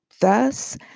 Thus